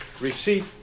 receipt